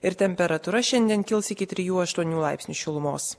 ir temperatūra šiandien kils iki trijų aštuonių laipsnių šilumos